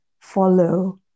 follow